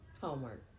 Homework